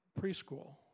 preschool